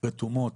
רתומות